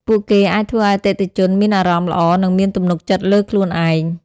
ពួកគេអាចធ្វើឱ្យអតិថិជនមានអារម្មណ៍ល្អនិងមានទំនុកចិត្តលើខ្លួនឯង។